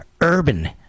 Urban